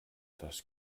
das